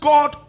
God